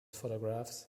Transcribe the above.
photographs